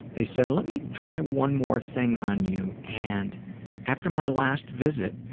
they said, let me try one more thing on you. and after my last visit,